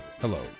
Hello